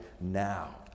now